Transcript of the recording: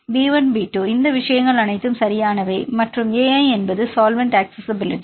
b 1 b 2 இந்த விஷயங்கள் அனைத்தும் சரியானவை மற்றும் ai என்பது சால்வெண்ட் அக்சஸிஸிபிலிட்டி